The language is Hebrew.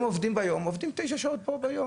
הם עובדים ביום עובדים תשע שעות פה, ביום.